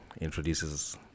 introduces